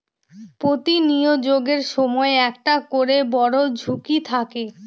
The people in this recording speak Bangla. প্রতি বিনিয়োগের সময় একটা করে বড়ো ঝুঁকি থাকে